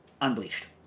unbleached